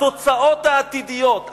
התוצאות העתידיות,